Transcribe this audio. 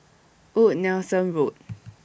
Old Nelson Road